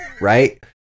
right